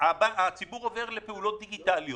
הציבור עובר לפעולות דיגיטליות.